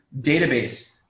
database